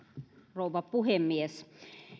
rouva puhemies